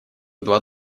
два